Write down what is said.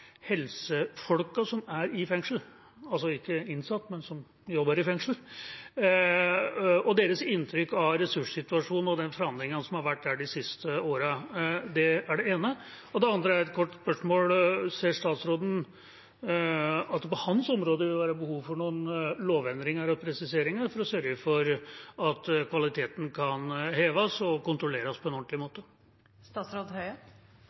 helsefolkene som er i fengsel – altså ikke innsatte, men de som jobber i fengsel – og deres inntrykk av ressurssituasjonen og de forandringene som har vært der de siste årene. Det er det ene. Det andre er et kort spørsmål: Ser statsråden at det på hans område vil være behov for noen lovendringer og presiseringer for å sørge for at kvaliteten kan heves og kontrolleres på en ordentlig